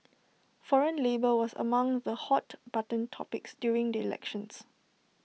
foreign labour was among the hot button topics during the elections